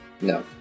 No